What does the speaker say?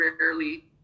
rarely